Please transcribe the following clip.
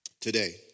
today